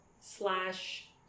slash